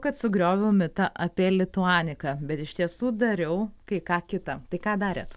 kad sugrioviau mitą apie lituaniką bet iš tiesų dariau kai ką kita tai ką darėt